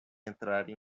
entrarem